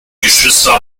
geschwister